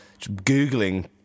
googling